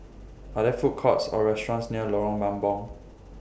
Are There Food Courts Or restaurants near Lorong Mambong